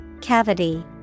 Cavity